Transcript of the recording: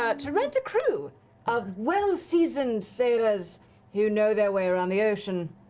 ah to rent a crew of well-seasoned sailors who know their way around the ocean.